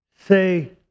say